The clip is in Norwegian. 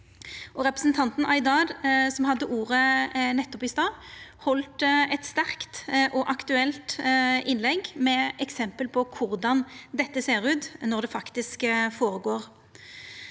Representanten Aydar, som hadde ordet nettopp, heldt eit sterkt og aktuelt innlegg med eksempel på korleis dette ser ut når det faktisk føregår.